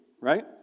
right